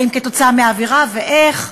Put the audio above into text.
האם כתוצאה מהעבירה ואיך.